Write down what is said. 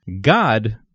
God